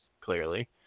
clearly